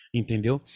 entendeu